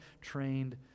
trained